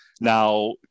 Now